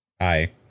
Hi